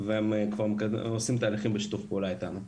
והם עושים תהליכים בשיתוף פעולה איתנו.